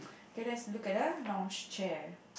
K let's look at the lounge chair